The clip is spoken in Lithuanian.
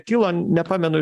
kilo nepamenu